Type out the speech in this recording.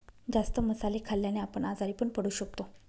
जास्त मसाले खाल्ल्याने आपण आजारी पण पडू शकतो